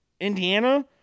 Indiana